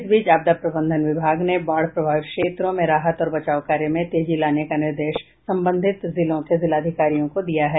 इस बीच आपदा प्रबंधन विभाग ने बाढ़ प्रभावित क्षेत्रों में राहत और बचाव कार्य में तेजी लाने का निर्देश संबंधित जिलों के जिलाधिकारियों को दिया है